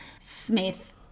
Smith